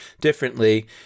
differently